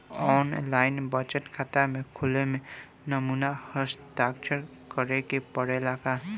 आन line बचत खाता खोले में नमूना हस्ताक्षर करेके पड़ेला का?